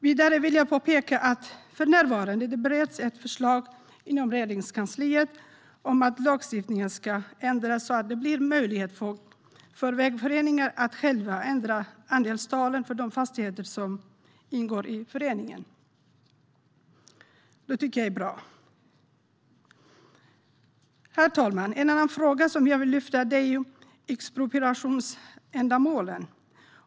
Vidare vill jag påpeka att det för närvarande bereds ett förslag inom Regeringskansliet om att lagstiftningen ska ändras så att det blir möjligt för vägföreningar att själva ändra andelstalen för de fastigheter som ingår i föreningen. Det tycker jag är bra. Herr talman! En annan fråga jag vill lyfta upp är expropriationsändamålen.